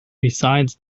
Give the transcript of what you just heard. besides